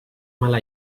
mala